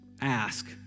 ask